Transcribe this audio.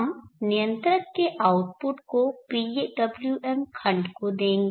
हम नियंत्रक के आउटपुट को PWM खंड को देगें